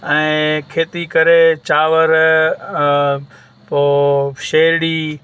ऐं खेती करे चांवर पोइ शेरड़ी